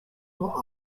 will